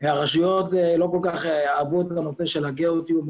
הרשויות לא כך אהבו את הנושא של הגיאוטיוב,